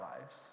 lives